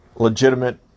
legitimate